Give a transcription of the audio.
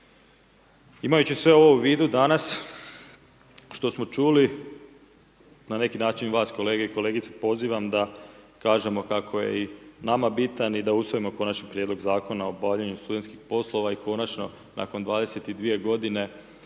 Imajući sve ovo u vidu danas, što smo sve ovo čuli, na neki način vas, kolege i kolegice pozivam da kažemo kako je i nama bitan i da usvojimo konačni prijedloga Zakona o obavljanju studentskih poslova i konačno nakon 22 g.